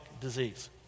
disease